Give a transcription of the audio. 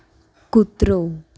કૂતરો